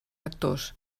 actors